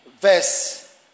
verse